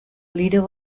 leader